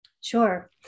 Sure